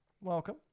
Welcome